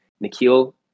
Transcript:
Nikhil